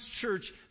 church